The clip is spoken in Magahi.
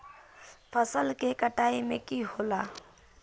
फसल के कटाई में की होला?